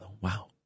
Wow